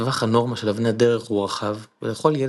טווח הנורמה של אבני הדרך הוא רחב ולכל ילד